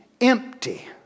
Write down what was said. empty